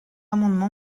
amendement